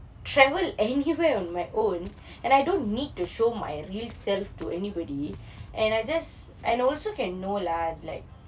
travel anywhere on my own and I don't need to show my real self to anybody and I just and I also can know ah like